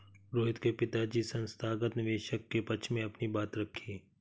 रोहित के पिताजी संस्थागत निवेशक के पक्ष में अपनी बात रखी